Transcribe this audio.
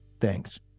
Thanks